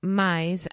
mas